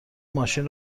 ماشین